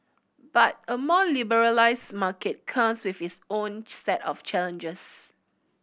but a more liberalised market comes with its own set of challenges